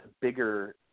bigger